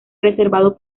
reservado